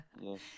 Yes